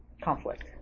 conflict